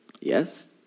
Yes